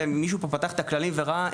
מישהו פה פתח את הכללים וראה?